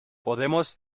podemos